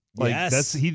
Yes